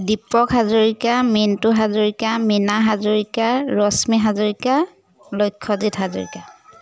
Dipak Hazarika Mintu Hazarika Mina Hazarika Rashmi Hazarika Lakshyajit Hazarika